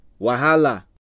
Wahala